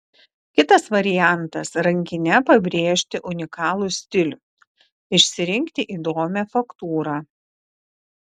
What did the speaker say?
kitas variantas rankine pabrėžti unikalų stilių išsirinkti įdomią faktūrą